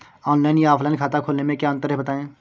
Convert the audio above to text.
Online या offline खाता खोलने में क्या अंतर है बताएँ?